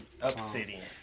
Obsidian